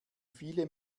viele